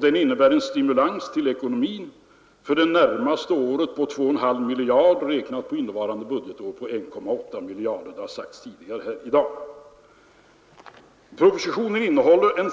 Den innebär en stimulans för ekonomin på 2,5 miljarder för det närmaste året, därav på innevarande budgetår 1,8 miljarder kronor. Det har sagts tidigare här i dag. Propositionen betyder en